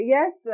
Yes